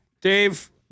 Dave